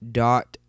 dot